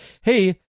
hey